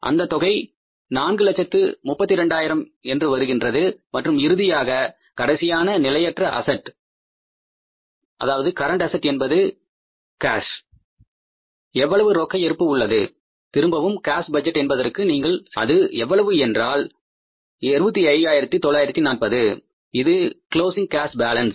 அந்த தொகை நான்கு லட்சத்து 32 ஆயிரம் என்று வருகின்றது மற்றும் இறுதியாக கடைசியான நிலையற்ற அசெட்ஸ் என்பது கேஷ் எவ்வளவு ரொக்க இருப்பு உள்ளது திரும்பவும் கேஷ் பட்ஜெட் என்பதற்கு நீங்கள் செல்கிறீர்கள் அது எவ்வளவு என்றால் 25940 இது க்ளோஸிங் கேஷ் பாலன்ஸ்